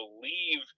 believe